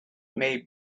made